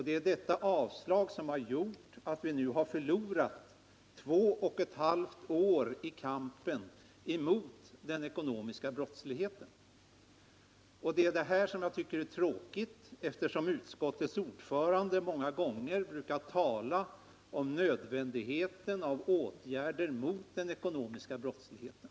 Det är detta avslag som har gjort att vi nu har förlorat två och ett halvt år i kampen mot den ekonomiska brottsligheten. Detta tycker jag är tråkigt, eftersom utskottets ordförande ofta talar om nödvändigheten av åtgärder mot den ekonomiska brottsligheten.